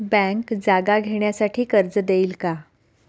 Bank जागा घेण्यासाठी कर्ज देईल का?